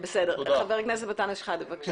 חבר הכנסת אנטאנס שחאדה, בבקשה.